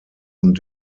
und